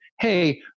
Hey